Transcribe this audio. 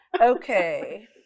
Okay